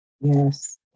Yes